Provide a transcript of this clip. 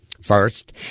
First